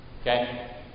Okay